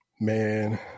Man